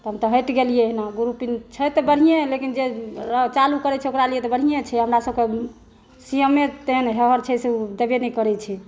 हम तऽ हटि गेलियै हँ एना ग्रूपिंग छै तऽ बढ़िए लेकिन जे चालू करै छै ओकरा लेल तऽ बढ़िए छै हमरासभके सी एमे तहन हेहर छै से देबै नहि करै छै